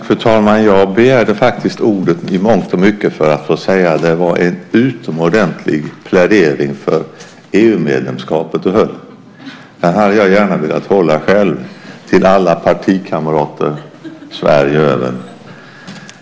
Fru talman! Jag begärde faktiskt ordet i mångt och mycket för att få säga att det var en utomordentlig plädering för EU-medlemskapet. Den hade jag gärna velat hålla själv till alla partikamrater Sverige över.